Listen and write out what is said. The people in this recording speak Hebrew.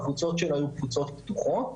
הקבוצות שלו היו קבוצות פתוחות.